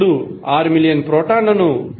ఇప్పుడు 6 మిలియన్ ప్రోటాన్లను 1